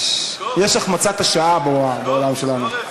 יש החמצת השעה בעולם שלנו.